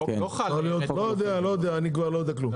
החוק לא חל -- לא יודע לא יודע אני כבר לא יודע כלום,